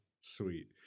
Sweet